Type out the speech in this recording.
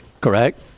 Correct